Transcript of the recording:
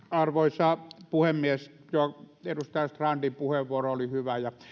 arvoisa puhemies edustaja strandin puheenvuoro oli hyvä ja